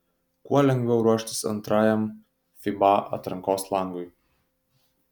kuo lengviau ruoštis antrajam fiba atrankos langui